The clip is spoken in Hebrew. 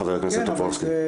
חבר הכנסת טופורובסקי.